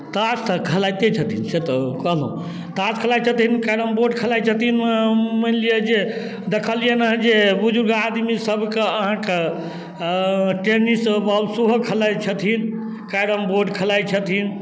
ताश तऽ खेलाइते छथिन से तऽ कहलहुँ ताश खेलाइ छथिन कैरम बोर्ड खेलाइ छथिन मानि लिअऽ जे देखलिए हँ जे बुजुर्ग आदमीसबके अहाँके टेनिस बॉल सेहो खेलाइ छथिन कैरम बोर्ड खेलाइ छथिन